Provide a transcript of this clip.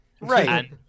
Right